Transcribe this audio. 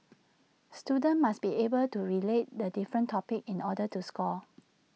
students must be able to relate the different topics in order to score